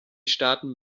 staaten